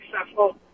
successful